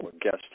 guest